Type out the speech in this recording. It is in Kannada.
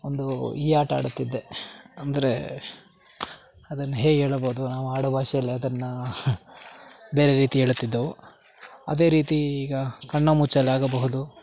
ಒಂದು ಈ ಆಟ ಆಡುತ್ತಿದ್ದೆ ಅಂದರೆ ಅದನ್ನು ಹೇಗೆ ಹೇಳಬೋದು ನಾವು ಆಡುಭಾಷೆಯಲ್ಲಿ ಅದನ್ನು ಬೇರೆ ರೀತಿ ಹೇಳುತ್ತಿದ್ದೆವು ಅದೇ ರೀತಿ ಈಗ ಕಣ್ಣಾಮುಚ್ಚಾಲೆ ಆಗಬಹುದು